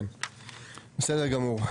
בסדר גמור.